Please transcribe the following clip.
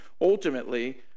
Ultimately